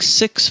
six